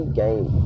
game